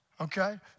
Okay